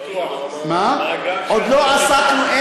עוד לא עסקנו.